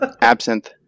Absinthe